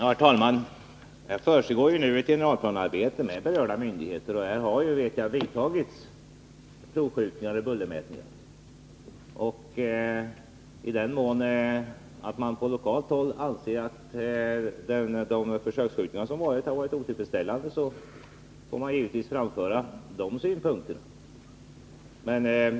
Herr talman! Det försiggår f. n. ett generalplanearbete med berörda myndigheter. Jag vet att det har vidtagits provskjutningar med bullermät ningar. I den mån man på lokalt håll anser att de försöksskjutningar som varit är otillfredsställande, så får man givetvis framföra de synpunkterna.